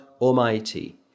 Almighty